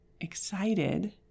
excited